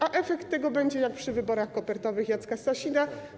A efekt tego będzie jak przy wyborach kopertowych Jacka Sasina.